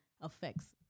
affects